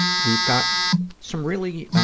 we've got some really, ah,